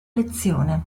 lezione